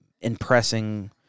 impressing